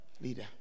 leader